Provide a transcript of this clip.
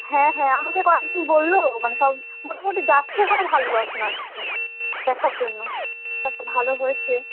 হ্যাঁ হ্যাঁ আমাকে কয়েকজন বলল মানে সব মোটামুটি যাচ্ছে ওখানে ভালো দর্শনার্থীরা দেখার জন্য এত ভালো হয়েছে